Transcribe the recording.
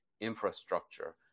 infrastructure